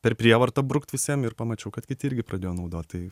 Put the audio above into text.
per prievartą brukt visiem ir pamačiau kad kiti irgi pradėjo naudot tai